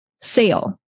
sale